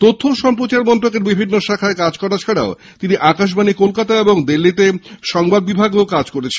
তথ্য ও সম্প্রচার মন্ত্রকের বিভিন্ন শাখায় কাজ করা ছাড়াও তিনি আকাশবাণী কলকাতা ও দিল্লিতে সংবাদ বিভাগেও কাজ করেছেন